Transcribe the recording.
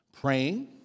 Praying